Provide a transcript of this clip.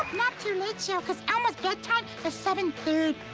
not too late show cause elmo's bedtime is seven thirty.